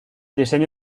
diseño